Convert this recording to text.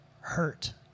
hurt